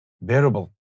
bearable